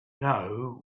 know